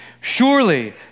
Surely